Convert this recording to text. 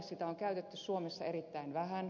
sitä on käytetty suomessa erittäin vähän